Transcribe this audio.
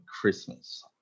Christmas